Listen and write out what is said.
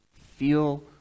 feel